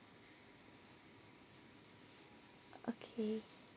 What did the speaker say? okay